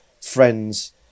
friends